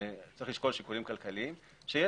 שצריך לשקול שיקולים כלכליים אתה לא מתחשב